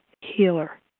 healer